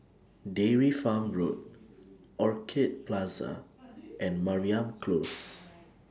Dairy Farm Road Orchid Plaza and Mariam Close